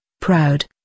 proud